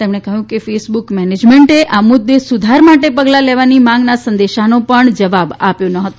તેમણે કહયું કે ફેસબુક મેનેજમેન્ટે આ મુદ્દે સુધાર માટે પગલા લેવાની માંગ ના સંદેશાનો પણ જવાબ આપ્યો ન હતો